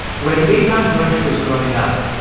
when eitan hersh was growing up,